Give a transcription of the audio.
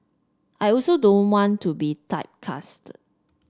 I also don't want to be typecast